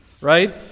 right